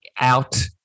out